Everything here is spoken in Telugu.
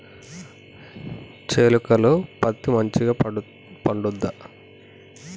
చేలుక లో పత్తి మంచిగా పండుద్దా?